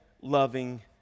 loving